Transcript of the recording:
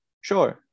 Sure